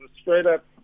straight-up